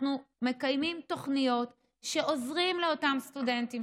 אנחנו מקיימים תוכניות שעוזרות לאותם סטודנטים